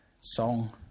song